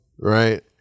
right